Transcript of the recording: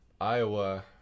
Iowa